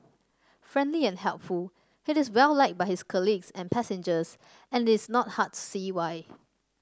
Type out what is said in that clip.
friendly and helpful he is well liked by his colleagues and passengers and it's not hard to see why